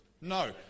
No